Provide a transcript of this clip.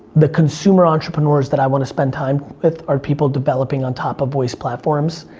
the consumer entrepreneurs that i want to spend time with are people developing on top of voice platforms,